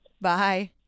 Bye